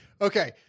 Okay